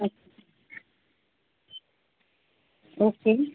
okay